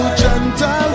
gentle